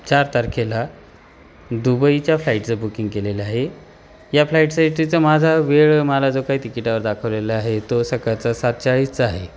चार तारखेला दुबईच्या फ्लाईटचं बुकिंग केलेलं आहे या फ्लाईटचा इटीचा माझा वेळ मला जो काही तिकिटावर दाखवलेला आहे तो सकाळचा सात चाळीसचा आहे